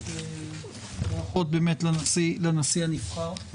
עוד לנשיא הנבחר: